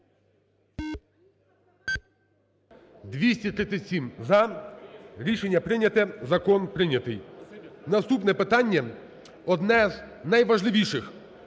За-237 Рішення прийнято. Закон прийнятий. Наступне питання, одне з найважливіших,